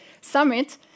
Summit